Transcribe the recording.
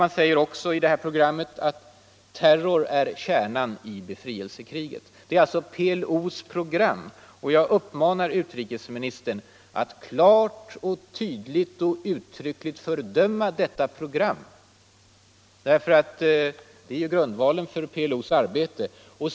Det heter också i detta program att terror är kärnan i befrielsekriget. Det är alltså PLO:s program. Jag uppmanar utrikesministern att klart, tydligt och uttryckligt fördöma detta program. Det är grundvalen för PLO:s arbete.